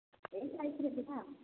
ହେ ଖାଇକରି ଯିବା ଆଉ